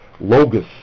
logos